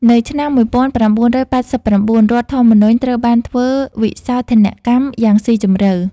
នៅឆ្នាំ ១៩៨៩ រដ្ឋធម្មនុញ្ញត្រូវបានធ្វើវិសោធនកម្មយ៉ាងស៊ីជម្រៅ។